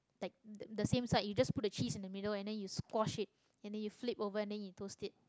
like the the same side you just put the cheese in the middle and then you squash it and then you flip over and then you toast it